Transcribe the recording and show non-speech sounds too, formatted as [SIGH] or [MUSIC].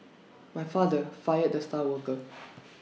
[NOISE] my father fired the star worker [NOISE]